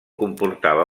comportava